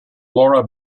laura